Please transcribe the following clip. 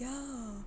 ya